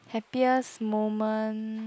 happiest moment